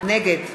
נגד